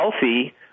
healthy